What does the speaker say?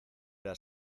era